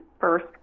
first